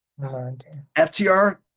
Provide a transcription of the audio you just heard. ftr